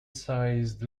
sized